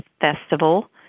Festival